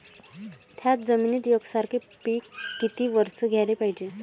थ्याच जमिनीत यकसारखे पिकं किती वरसं घ्याले पायजे?